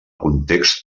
context